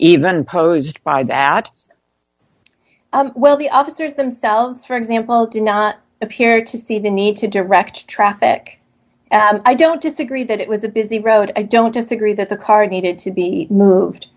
even posed by that well the officers themselves for example do not appear to see the need to direct traffic i don't disagree that it was a busy road i don't disagree that the car needed to be